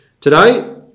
Today